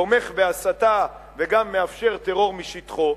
תומך בהסתה וגם מאפשר טרור משטחו,